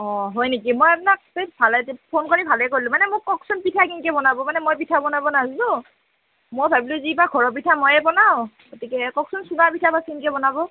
অঁ হয় নেকি মই আপোনাক ভালে ফোন কৰি ভালে কৰিলোঁ মানে মোক কওঁকচোন পিঠা কেনেকৈ বনাব মানে মই পিঠা বনাব নাজনোঁ মই ভাবিলোঁ যে এইবাৰ ঘৰৰ পিঠা মইয়েই বনাওঁ গতিকে কওঁকচোন চুঙা পিঠা বা কেনকৈ বনাব